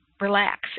relax